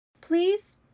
Please